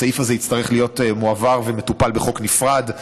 הסעיף הזה יצטרך להיות מועבר ומטופל בחוק נפרד.